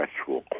actual